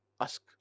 ask